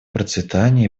процветание